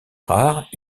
rare